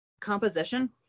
composition